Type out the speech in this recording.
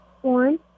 One